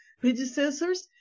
predecessors